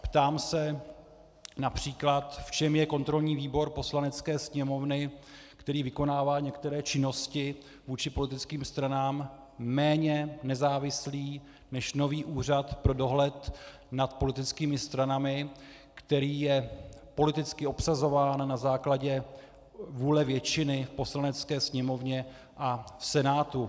Ptám se například, v čem je kontrolní výbor Poslanecké sněmovny, který vykonává některé činnosti vůči politickým stranám, méně nezávislý než nový Úřad pro dohled nad politickými stranami, který je politicky obsazován na základě vůle většiny v Poslanecké sněmovně a v Senátu.